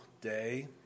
day